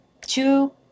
two